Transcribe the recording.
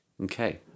Okay